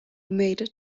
made